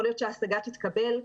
יכול להיות שההשגה תתקבל,